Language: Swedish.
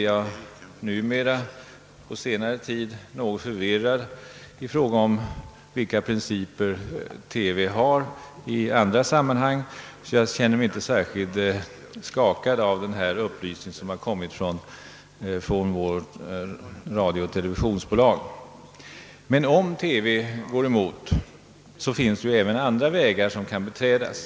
Jag har på senare tid blivit något förvirrad i fråga om vilka principer TV tillämpar i andra sammanhang, så jag känner mig inte särskilt skakad av den upplysning som har lämnats av vårt radiooch televisionsbolag, men om TV går emot förslaget, så finns det ju även andra vägar som kan beträdas.